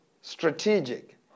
strategic